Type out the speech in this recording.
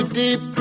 deep